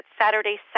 Saturday